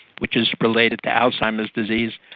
which is related to alzheimer's disease,